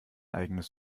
eigenes